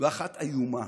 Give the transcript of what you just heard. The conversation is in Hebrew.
ואחת איומה.